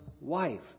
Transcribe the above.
wife